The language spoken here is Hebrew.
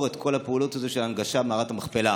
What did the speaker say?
את כל פעולות ההנגשה במערת המכפלה.